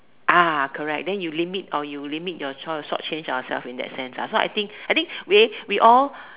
correct then you limit or limit your short~ short-change in ourselves in that sense I think I think we we all